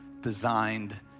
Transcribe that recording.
designed